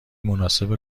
مناسب